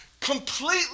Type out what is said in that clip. completely